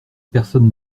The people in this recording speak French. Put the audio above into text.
personne